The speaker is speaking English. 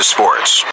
Sports